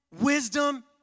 wisdom